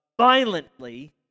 violently